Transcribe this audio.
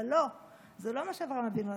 אבל לא, זה לא מה שאברהם אבינו עשה.